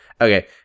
Okay